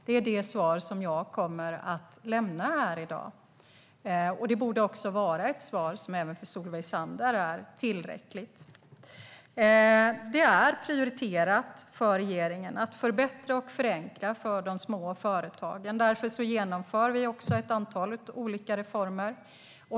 Det är det svar som jag kan lämna här i dag, och det svaret borde vara tillräckligt även för Solveig Zander. Det är prioriterat för regeringen att förbättra och förenkla för de små företagen. Därför genomför vi ett antal olika reformer.